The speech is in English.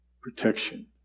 protection